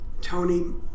Tony